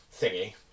Thingy